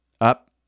Up